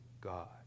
God